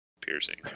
piercing